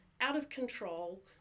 out-of-control